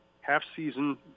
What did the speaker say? half-season